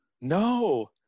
No